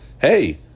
hey